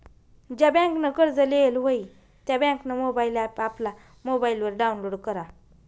ज्या बँकनं कर्ज लेयेल व्हयी त्या बँकनं मोबाईल ॲप आपला मोबाईलवर डाऊनलोड करा